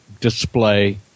display